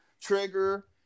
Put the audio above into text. trigger